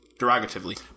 derogatively